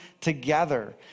together